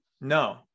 no